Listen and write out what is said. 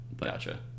gotcha